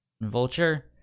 Vulture